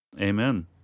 Amen